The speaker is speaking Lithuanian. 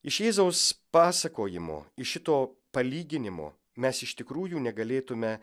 iš jėzaus pasakojimo iš šito palyginimo mes iš tikrųjų negalėtume